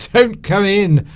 so don't come in